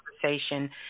conversation